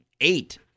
eight